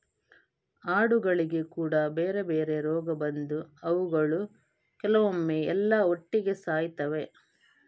ಆಡುಗಳಿಗೆ ಕೂಡಾ ಬೇರೆ ಬೇರೆ ರೋಗ ಬಂದು ಅವುಗಳು ಕೆಲವೊಮ್ಮೆ ಎಲ್ಲಾ ಒಟ್ಟಿಗೆ ಸಾಯ್ತವೆ